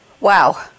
Wow